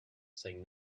saying